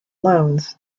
loans